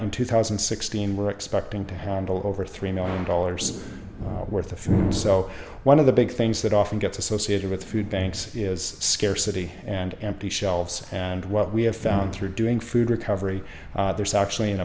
in two thousand and sixteen we're expecting to handle over three million dollars worth of food so one of the big things that often gets associated with food banks is scarcity and empty shelves and what we have found through doing food recovery there's actually an